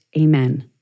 Amen